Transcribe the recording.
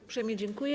Uprzejmie dziękuję.